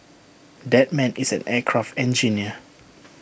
that man is an aircraft engineer